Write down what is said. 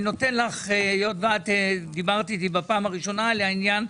אני נותן לך היות שאת דיברת איתי בפעם הראשונה על העניין.